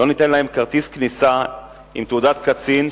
לא ניתן להם כרטיס כניסה עם תעודת קצין,